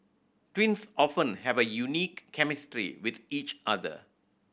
twins often have a unique chemistry with each other